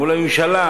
מול הממשלה,